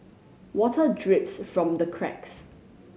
water drips from the cracks